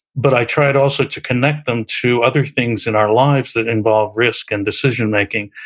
but i tried also to connect them to other things in our lives that involve risk and decision-making,